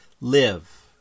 live